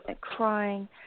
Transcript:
crying